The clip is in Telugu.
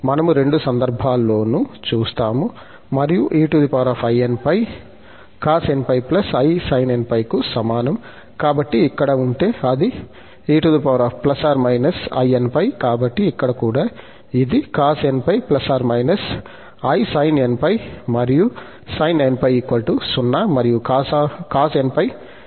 మనము రెండు సందర్భాల్లోనూ చూస్తాము మరియు einπ cosnπ i sin nπ కు సమానం కాబట్టి ఇక్కడ ఉంటే అది e±inπ కాబట్టి ఇక్కడ కూడా ఇది cosnπ ± isin nπ మరియు sin nπ0 మరియు cosnπ n